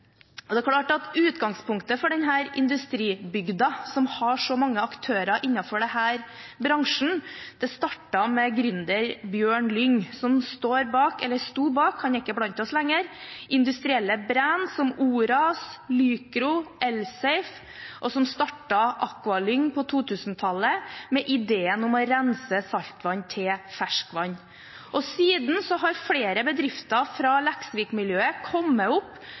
Det er klart at utgangspunktet for denne industribygda, som har så mange aktører innenfor denne bransjen, startet med gründer Bjørn Lyng, som står bak – eller sto bak, han er ikke blant oss lenger – industrielle merkevarer som Oras, Lycro og Elsafe, og som startet Aqualyng på 2000-tallet, med ideen om å rense saltvann til ferskvann. Siden har flere bedrifter fra Leksvik-miljøet kommet opp